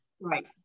right